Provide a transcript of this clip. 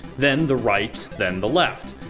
then the right, then the left.